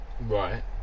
right